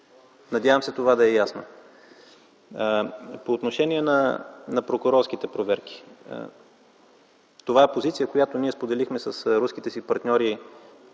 Надявам се това да е ясно. По отношение на прокурорските проверки. Това е позиция, която споделихме с руските си партньори,